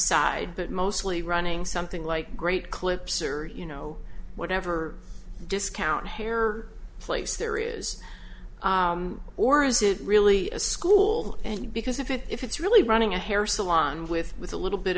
side but mostly running something like great clips or you know whatever discount hair or place there is or is it really a school and because if it's really running a hair salon with with a little bit